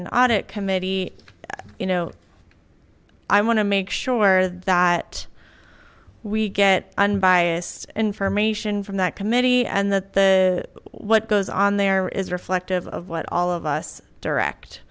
and audit committee you know i want to make sure that we get unbiased information from that committee and that the what goes on there is reflective of what all of us direct